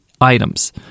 items